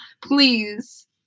Please